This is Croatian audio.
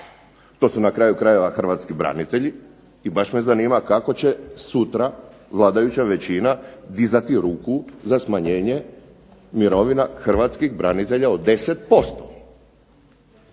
To su na kraju krajeva hrvatski branitelji i baš me zanima kako će sutra vladajuća većina dizati ruku za smanjenje mirovina hrvatskih branitelja od 10%.